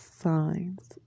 signs